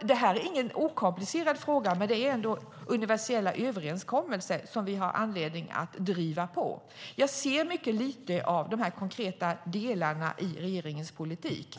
Det här är ingen okomplicerad fråga, men det handlar om universella överenskommelser som vi har anledning att driva på. Jag ser mycket lite av de konkreta delarna i regeringens politik.